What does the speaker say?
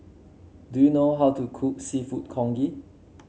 do you know how to cook seafood Congee